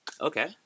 okay